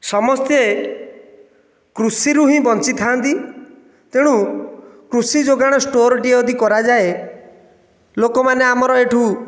ସମସ୍ତେ କୃଷି ରୁ ହିଁ ବଞ୍ଚିଥାନ୍ତି ତେଣୁ କୃଷି ଯୋଗାଣ ଷ୍ଟୋରଟିଏ ଯଦି କରାଯାଏ ଲୋକମାନେ ଆମର ଏଠାରୁ